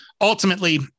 ultimately